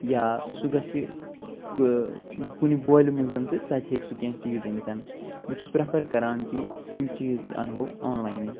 یا سُہ گَژھِ کُہ کُنہِ بولہِ منٛز تہٕ تتہِ ہیٚکہِ سُہ کینٛہہ چیٖز أنِتھ بہٕ چھُس پرٛٮ۪فر کران کہِ یِم چیٖز اَنہو آنلاینٕے